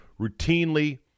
routinely